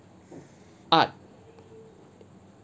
art